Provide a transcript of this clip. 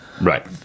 right